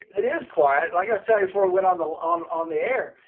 it is quiet. like i said before i went on the um on the air,